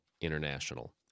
International